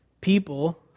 People